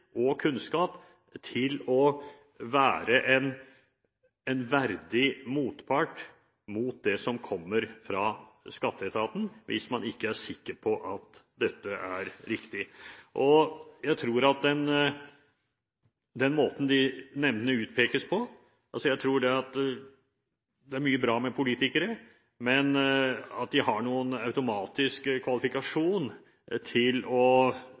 og kunnskap til å være en verdig motpart mot det som kommer fra skatteetaten, hvis man ikke er sikker på at det er riktig. Til måten nemndene utpekes på: Jeg tror det er mye bra med politikere, men at de har noen automatisk kvalifikasjon til å